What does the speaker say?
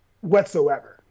whatsoever